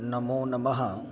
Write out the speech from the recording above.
नमो नमः